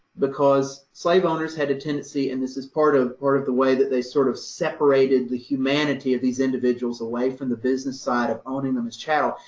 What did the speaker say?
because slave owners had a tendency and this part of, part of the way that they sort of separated the humanity of these individuals away from the business side of owning them as chattel,